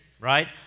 right